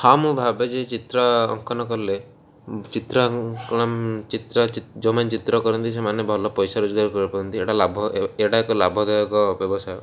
ହଁ ମୁଁ ଭାବିଛି ଚିତ୍ରାଙ୍କନ କଲେ ଚିତ୍ରାଙ୍କନ ଚିତ୍ର ଯେଉଁମାନେ ଚିତ୍ର କରନ୍ତି ସେମାନେ ଭଲ ପଇସା ରୋଜଗାର କରିପାରନ୍ତି ଏଇଟା ଲାଭ ଏଇଟା ଏକ ଲାଭଦାୟକ ବ୍ୟବସାୟ